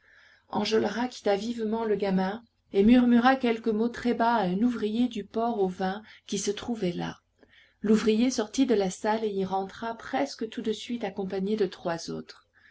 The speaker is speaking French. enjolras quitta vivement le gamin et murmura quelques mots très bas à un ouvrier du port aux vins qui se trouvait là l'ouvrier sortit de la salle et y rentra presque tout de suite accompagné de trois autres